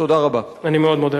תודה רבה.